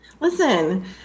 listen